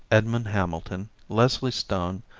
edmond hamilton, leslie stone,